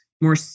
more